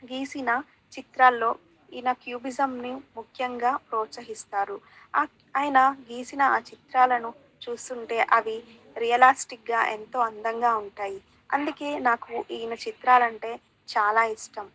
గీసిన చిత్రాల్లో ఈయన క్యూబిజమ్ని ముఖ్యంగా ప్రోత్సహిస్తారు ఆయన గీసిన ఆ చిత్రాలను చూస్తుంటే అవి రియలాస్టిక్గా ఎంతో అందంగా ఉంటాయి అందుకే నాకు ఈయన చిత్రాలంటే చాలా ఇష్టం